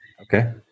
Okay